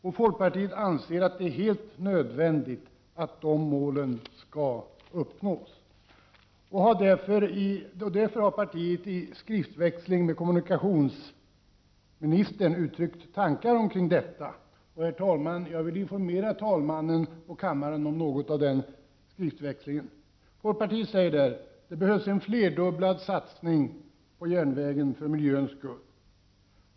Vi i folkpartiet anser att det är helt nödvändigt att dessa mål uppnås. Därför har vi vid en skriftväxling med kommunikationsministern uttryckt några tankar om dessa saker. Jag vill något informera kammaren om vad vi i folkpartiet sade i samband med den skriftväxlingen: Det behövs en flerdubblad satsning på järnvägen för miljöns skull.